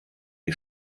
die